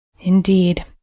Indeed